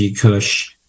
Kush